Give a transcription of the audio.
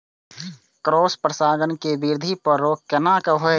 Cross परागण के वृद्धि पर रोक केना होयत?